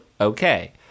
Okay